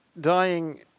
dying